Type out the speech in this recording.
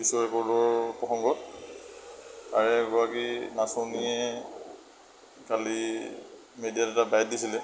বিশ্ব ৰেকৰ্ডৰ প্ৰসংগত তাৰে এগৰাকী নাচনীয়ে কালি মেডিয়াত এটা বাইট দিছিলে